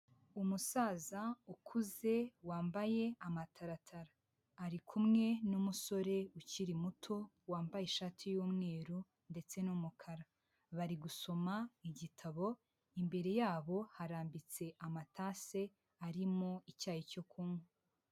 Umusaza ukuze wambaye amataratara ari kumwe N'umusore ukiri muto wambaye ishati y'umweru ndetse n'umukara bari gusoma igitabo imbere yabo harambitse amatase arimo icyayi cyo kunywa.